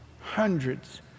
hundreds